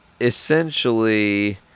Essentially